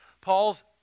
Paul's